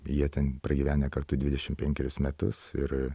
jie ten pragyvenę kartu dvidešim penkerius metus ir